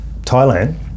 Thailand